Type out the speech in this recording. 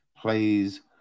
plays